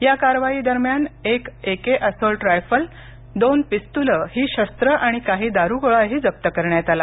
या कारवाई दरम्यान एक एके असोल्ट रायफल दोन पिस्तुल ही शस्त्र आणि काही दारुगोळाही जप्त करण्यात आला